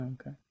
Okay